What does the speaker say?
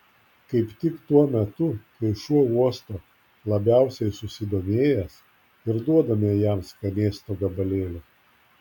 kaip tik tuo metu kai šuo uosto labiausiai susidomėjęs ir duodame jam skanėsto gabalėlį